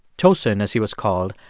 tosin, as he was called,